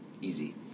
easy